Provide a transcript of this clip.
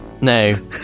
no